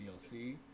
DLC